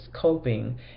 coping